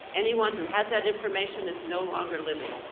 anyone who has that information is no longer living.